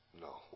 No